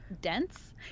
Dense